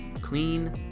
Clean